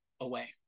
away